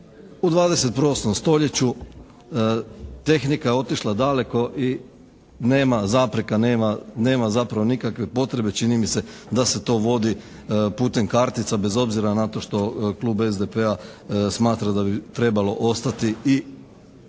U 21. smo stoljeću. Tehnika je otišla daleko i nema zapreka. Nema zapravo nikakve potrebe čini mi se da se to vodi putem kartica bez obzira na to što Klub SDP-a smatra da bi trebalo ostati i na